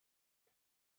این